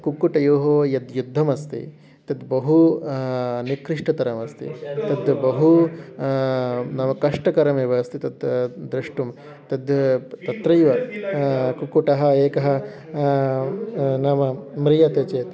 कुक्कुटयोः यद् युद्धम् अस्ति तत् बहु निकृष्टतरमस्ति तद् बहु नाम कष्टकरमेव अस्ति तद् द्रष्टुं तद् तत्रैव कुक्कुटः एकः नाम म्रियते चेत्